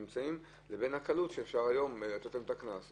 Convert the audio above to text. לבין הקלות שאפשר לתת בה קנס היום.